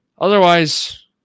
otherwise